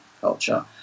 culture